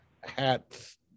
hats